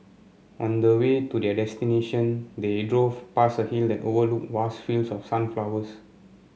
on the way to their destination they drove past a hill that overlooked vast fields of sunflowers